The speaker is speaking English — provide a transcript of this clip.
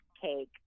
cake